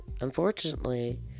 Unfortunately